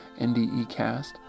NDEcast